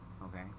Okay